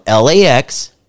LAX